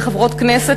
כחברות הכנסת,